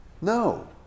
No